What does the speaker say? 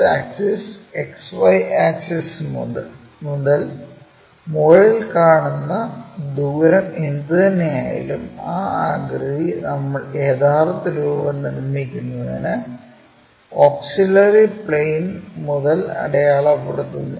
X axis XY axis മുതൽ മുകളിൽ നാം കാണുന്ന ദൂരം എന്തുതന്നെയായാലും ആ ആകൃതി നമ്മൾ യഥാർത്ഥ രൂപം നിർമ്മിക്കുന്നതിന് ഓക്സിലറി പ്ലെയിൻ മുതൽ അടയാളപ്പെടുത്തുന്നു